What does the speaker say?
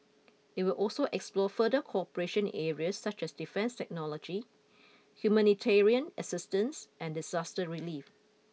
it will also explore further cooperation areas such as defence technology humanitarian assistance and disaster relief